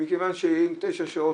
מכיוון שאם זה תשע שעות,